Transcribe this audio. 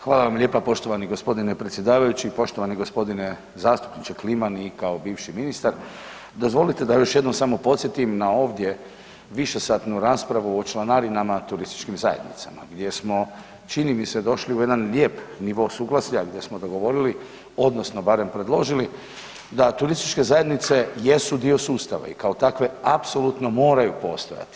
Hvala vam lijepa poštovani gospodine predsjedavajući, poštovani gospodine zastupniče Kliman i kao bivši ministar dozvolite da još jednom samo podsjetim na ovdje višesatnu raspravu o članarinama turističkim zajednicama gdje smo čini mi se došli u jedan lijep nivo suglasja gdje smo govorili, odnosno barem predložili da turističke zajednice jesu dio sustava i kao takve apsolutno moraju postojati.